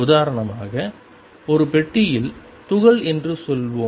உதாரணமாக ஒரு பெட்டியில் துகள் என்று சொல்வோம்